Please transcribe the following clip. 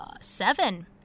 Seven